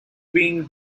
being